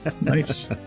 Nice